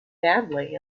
badly